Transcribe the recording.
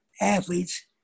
athletes